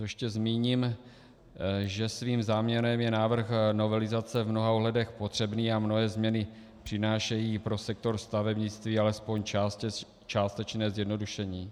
Ještě zmíním, že svým záměrem je návrh novelizace v mnoha ohledech potřebný a mnohé změny přinášejí pro sektor stavebnictví alespoň částečné zjednodušení.